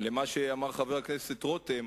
למה שאמר חבר הכנסת רותם.